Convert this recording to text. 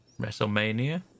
WrestleMania